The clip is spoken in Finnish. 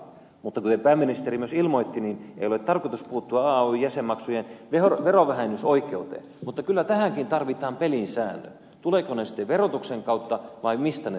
kuten myös pääministeri ilmoitti ei ole tarkoitus puuttua ay jäsenmaksujen verovähennysoikeuteen mutta kyllä tähänkin tarvitaan pelisäännöt tulevat ne sitten verotuksen kautta vai mistä ne tulevat